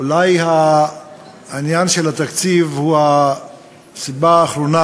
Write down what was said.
אולי העניין של התקציב הוא הסיבה האחרונה